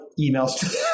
emails